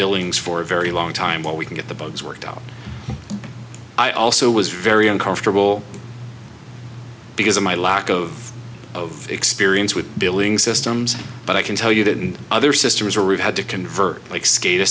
billings for a very long time what we can get the bugs worked out i also was very uncomfortable because of my lack of of experience with billing systems but i can tell you that other systems are really had to convert like skate